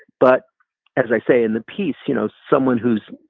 but as i say in the piece, you know, someone who's